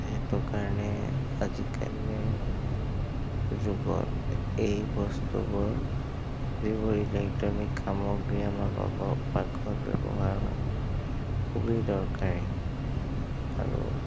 সেইটো কাৰণে আজিকালি যুগত এই বস্তুবোৰ এইবোৰ ইলেক্ট্ৰনিক সামগ্ৰী আমাৰ পাক পাকঘৰত ব্যৱহাৰ হয় খুবেই দৰকাৰী আৰু